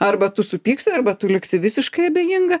arba tu supyksi arba tu liksi visiškai abejinga